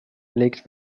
legt